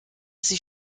sich